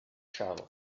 travel